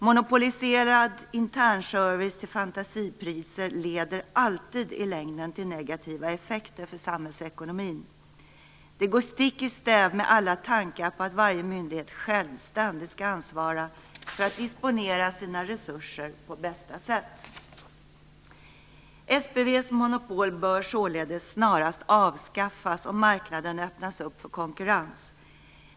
Monopoliserad internservice till fantasipriser får i längden alltid negativa effekter för samhällsekonomin. Det går stick i stäv med alla tankar på att varje myndighet självständigt skall ansvara för att resurserna disponeras på bästa sätt. SPV:s monopol bör således snarast avskaffas och marknaden öppnas för konkurrens.